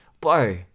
Bo